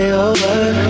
over